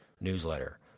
newsletter